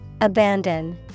Abandon